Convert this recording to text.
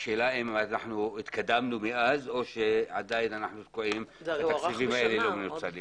השאלה אם מאז התקדמנו או שעדיין אנחנו תקועים בתקציבים האלה.